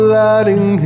lighting